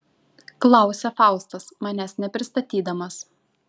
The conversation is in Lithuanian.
klausia faustas manęs nepristatydamas